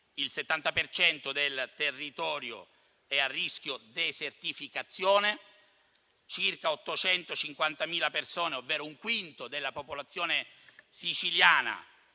cento del territorio è a rischio desertificazione. Circa 850.000 persone, ovvero un quinto della popolazione siciliana,